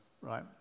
right